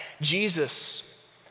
Jesus